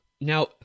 Now